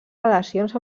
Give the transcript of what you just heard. relacions